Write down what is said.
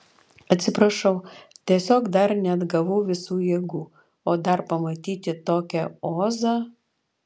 atsiprašau tiesiog dar neatgavau visų jėgų o dar pamatyti tokią ozą